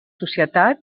societat